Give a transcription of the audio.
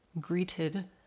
greeted